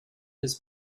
his